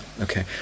Okay